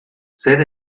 zer